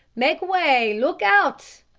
make way. look out.